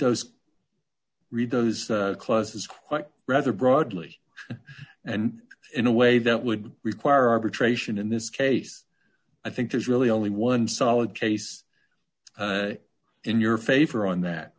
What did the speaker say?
those read those classes quite rather broadly and in a way that would require arbitration in this case i think there's really only one solid case in your favor on that